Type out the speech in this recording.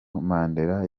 mandela